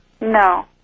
No